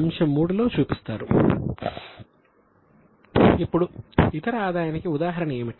అంశం III లో చూపిస్తారు ఇప్పుడు ఇతర ఆదాయానికి ఉదాహరణ ఏమిటి